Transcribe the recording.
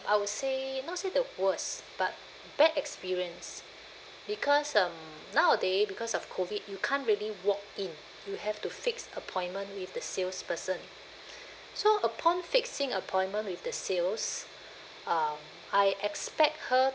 I would say not say the worst but bad experience because um nowadays because of COVID you can't really walk in you have to fix appointment with the salesperson so upon fixing appointment with the sales um I expect her